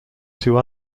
two